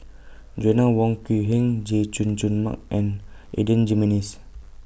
Joanna Wong Quee Heng Chay Jung Jun Mark and Adan Jimenes